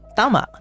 tama